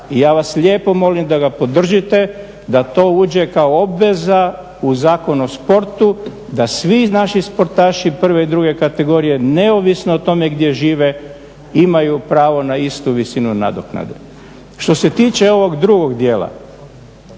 i ja vas lijepo molim da ga podržite da to uđe kao obaveza u Zakon o sportu da svi naši sportaši prve i druge kategorije neovisno o tome gdje žive imaju pravo na istu visinu nadoknade. Što se tiče ovog drugog djela